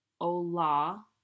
Ola